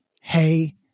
hey